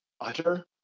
utter